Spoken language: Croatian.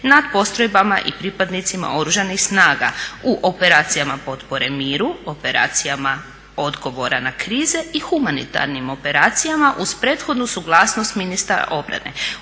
nad postrojbama i pripadnicima Oružanih snaga u operacijama potpore miru, operacijama odgovora na krize i humanitarnim operacijama uz prethodnu suglasnost ministra obrane.